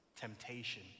temptation